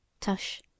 Tush